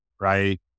right